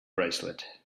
bracelet